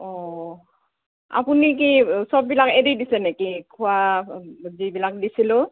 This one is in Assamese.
অঁ আপুনি কি চববিলাক এৰি দিছে নেকি খোৱা যিবিলাক দিছিলোঁ